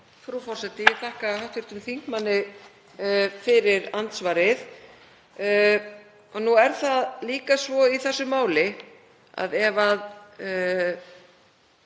Frú forseti. Ég þakka hv. þingmanni fyrir andsvarið. Nú er það líka svo í þessu máli að ef